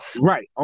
Right